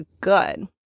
good